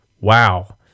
wow